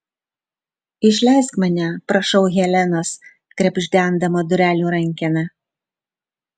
išleisk mane prašau helenos krebždendama durelių rankeną